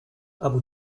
abu